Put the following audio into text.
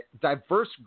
diverse